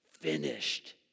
finished